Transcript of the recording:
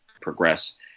progress